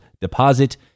deposit